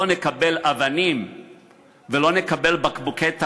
נקבל אבנים ולא נקבל בקבוקי תבערה,